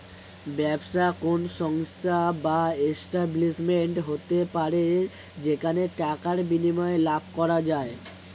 ব্যবসা কোন সংস্থা বা এস্টাব্লিশমেন্ট হতে পারে যেখানে টাকার বিনিময়ে লাভ করা যায়